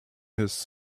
his